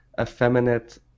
Effeminate